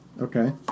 Okay